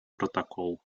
протокол